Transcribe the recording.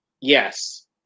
Yes